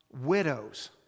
widows